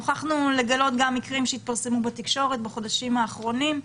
נוכחנו לגלות את זה גם במקרים שהתפרסמו בתקשורת בחודשים האחרונים.